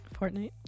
Fortnite